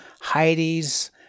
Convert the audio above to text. Heidi's